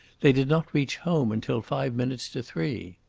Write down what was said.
they did not reach home until five minutes to three.